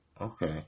Okay